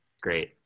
great